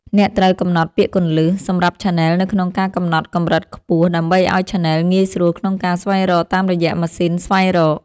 អ្នកត្រូវកំណត់ពាក្យគន្លឹះ សម្រាប់ឆានែលនៅក្នុងការកំណត់កម្រិតខ្ពស់ ដើម្បីឱ្យឆានែលងាយស្រួលក្នុងការស្វែងរកតាមរយៈម៉ាស៊ីនស្វែងរក។